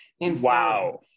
Wow